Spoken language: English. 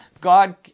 God